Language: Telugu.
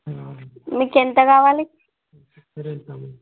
మీకు ఎంత కావాలి